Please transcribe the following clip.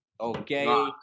Okay